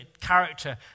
character